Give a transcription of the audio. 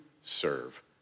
serve